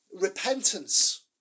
repentance